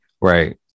Right